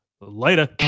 Later